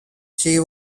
she